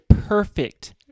perfect